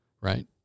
right